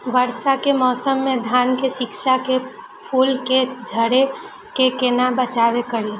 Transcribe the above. वर्षा के मौसम में धान के शिश के फुल के झड़े से केना बचाव करी?